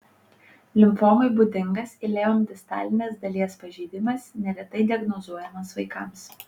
limfomai būdingas ileum distalinės dalies pažeidimas neretai diagnozuojamas vaikams